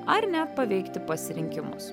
ar net paveikti pasirinkimus